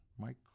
Mike